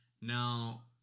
Now